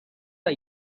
are